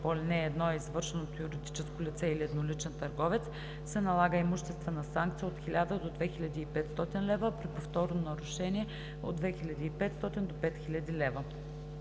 по ал. 1 е извършено от юридическо лице или едноличен търговец, се налага имуществена санкция от 1000 до 2500 лв., а при повторно нарушение – от 2500 до 5000 лв.“